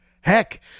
heck